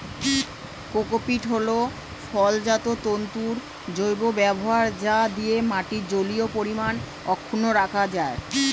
cocopeat হল ফলজাত তন্তুর জৈব ব্যবহার যা দিয়ে মাটির জলীয় পরিমাণ অক্ষুন্ন রাখা যায়